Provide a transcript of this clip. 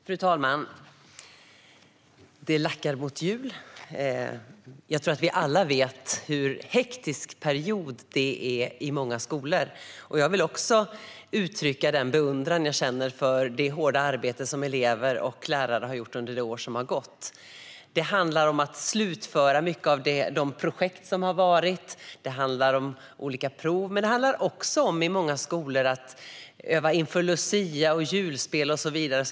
Fru talman! Det lackar mot jul. Jag tror att vi alla vet vilken hektisk period det är i många skolor, och jag vill uttrycka den beundran jag känner för det hårda arbete elever och lärare har gjort under det år som har gått. Det handlar om att slutföra många av de projekt man har arbetat med och om olika prov, men det handlar i många skolor också om att öva inför lucia, julspel och så vidare.